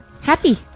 happy